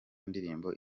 ndirimbo